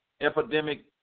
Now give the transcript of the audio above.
epidemic